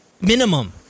Minimum